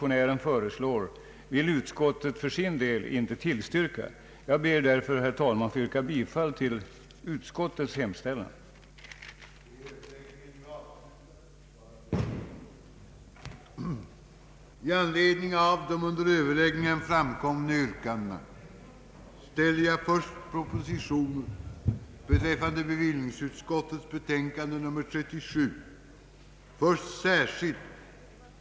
Reservanterna hade uttalat, att de funnit det angeläget att näringslivet, särskilt exportindustrin, för sina investeringar icke utestängdes från möjligheten att på jämförbara villkor konkurrera med staten, bostadsföretagen och övriga lånesökande om tillgängliga lånemedel.